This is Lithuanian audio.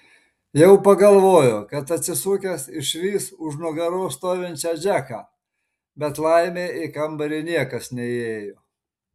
jau pagalvojo kad atsisukęs išvys už nugaros stovinčią džeką bet laimė į kambarį niekas neįėjo